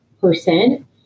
percent